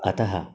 अतः